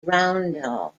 roundel